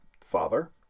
father